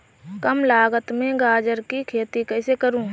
कम लागत में गाजर की खेती कैसे करूँ?